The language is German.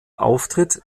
auftritt